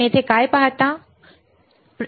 तुम्ही इथे काय पाहता